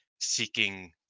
seeking